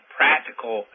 practical